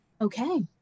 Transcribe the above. okay